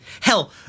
Hell